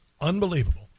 Unbelievable